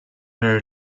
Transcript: where